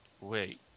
Wait